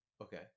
Okay